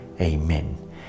Amen